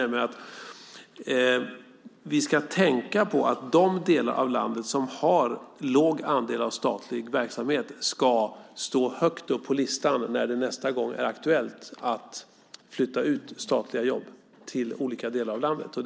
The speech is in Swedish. Vi ska tänka på att de delar av landet som har låg andel av statlig verksamhet ska stå högt upp på listan när det nästa gång är aktuellt att flytta ut statliga jobb till olika delar av landet.